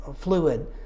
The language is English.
fluid